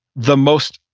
the most,